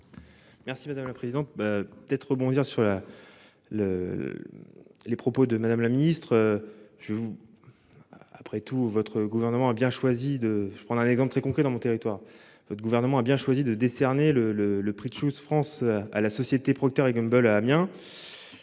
Merci madame la présidente. D'être rebondir sur la. Le. Les propos de madame la ministre. Je vous. Après tout, votre gouvernement a bien choisi de. Je prends un exemple très concret dans mon territoire, votre gouvernement a bien choisi de décerner le le le prix tschüss France à la société Procter et Gamble à Amiens.